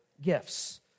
gifts